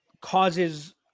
causes